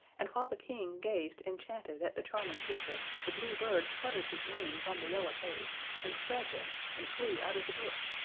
and while the king gazed enchanted at the charming picture the blue bird fluttered his wings on the yellow page and spread them and flew out of the book.